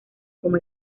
como